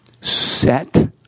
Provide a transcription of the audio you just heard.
set